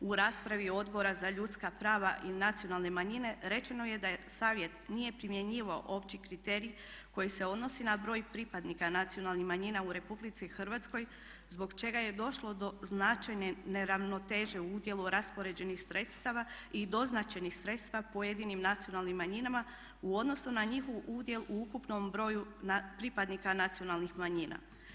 U raspravi Odbora za ljudska prava i prava nacionalnih manjina rečeno je da Savjet nije primjenjivao opći kriterij koji se odnosi na broj pripadnika nacionalnih manjina u Republici Hrvatskoj zbog čega je došlo do značajne neravnoteže u udjelu raspoređenih sredstava i doznačenih sredstava pojedinim nacionalnim manjinama u odnosu na njihov udjel u ukupnom broju pripadnika nacionalnih manjina.